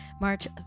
March